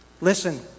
Listen